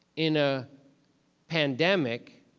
in a pandemic,